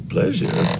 Pleasure